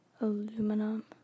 aluminum